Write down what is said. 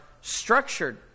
structured